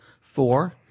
four